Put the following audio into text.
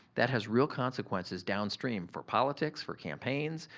that has real consequences downstream for politics, for campaigns,